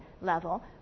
level